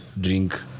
drink